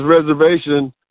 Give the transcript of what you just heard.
reservation